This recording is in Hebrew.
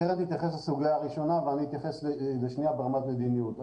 קרן תתייחס לסוגיה הראשונה ואני אתייחס לשנייה ברמת המדיניות.